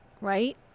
Right